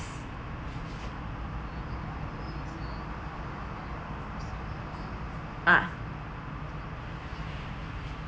ah